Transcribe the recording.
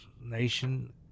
nation